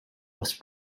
was